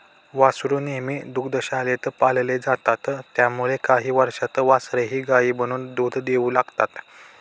वासरू नेहमी दुग्धशाळेत पाळले जातात त्यामुळे काही वर्षांत वासरेही गायी बनून दूध देऊ लागतात